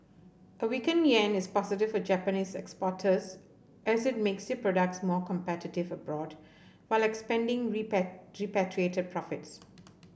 a weaking yen is positive for Japanese exporters as it makes their products more competitive abroad while expanding repat repatriated profits